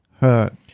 hurt